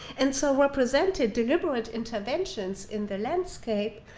and so represented deliberate interventions in the landscape,